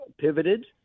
pivoted